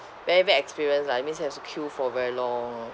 very bad experience lah it means have to queue for very long